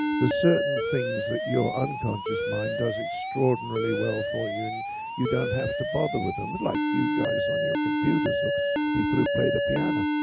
certain things that your unconscious mind does extraordinarily well for you and you don't have to bother with them, like you guys on your computers or people who play the piano.